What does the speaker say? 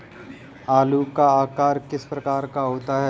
आलू का आकार किस प्रकार का होता है?